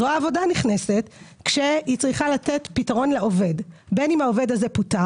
זרוע העבודה נכנסת כשהיא צריכה לתת פתרון לעובד בין הוא פוטר